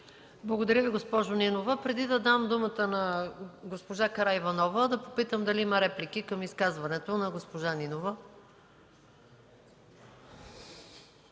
Благодаря Ви, госпожо Нинова. Преди да дам думата на госпожа Караиванова, да попитам има ли реплики към изказването на госпожа Нинова?